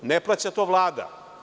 Ne plaća to Vlada.